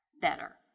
better